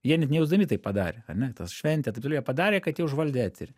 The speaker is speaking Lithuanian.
jie net nejausdami tai padarė ar ne tas šventė taip toliau jie padarė kad jie užvaldė eterį